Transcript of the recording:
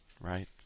right